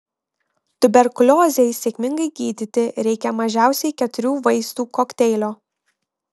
tuberkuliozei sėkmingai gydyti reikia mažiausiai keturių vaistų kokteilio